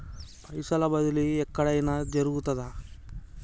పైసల బదిలీ ఎక్కడయిన జరుగుతదా?